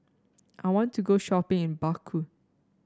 I want to go shopping in Baku